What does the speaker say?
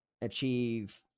achieve